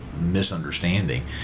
misunderstanding